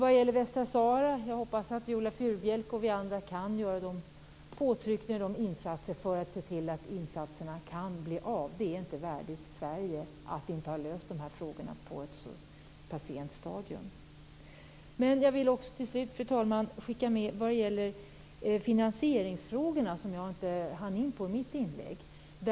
Vad gäller Västsahara hoppas jag Viola Furubjelke och vi andra kan göra påtryckningar för att se till att insatserna kan bli av. Det är inte värdigt Sverige att inte ha löst frågorna på ett så pass sent stadium. Fru talman! Vad gäller finansieringsfrågorna, som jag inte hann in på i mitt inlägg, vill jag skicka med följande.